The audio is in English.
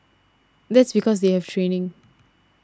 that's because they have training